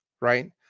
right